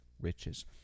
riches